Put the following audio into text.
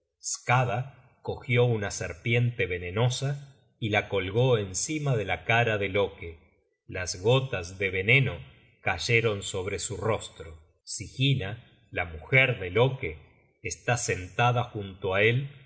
skada cogió una serpiente venenosa y la colgó encima de la cara de loke las gotas de veneno cayeron sobre su rostro sigyna la mujer de loke está sen tada junto á él